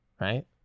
right